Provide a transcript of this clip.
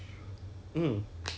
你没有用到 Crystal 的 right